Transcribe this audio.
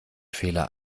fehler